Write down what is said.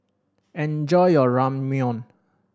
enjoy your Ramyeon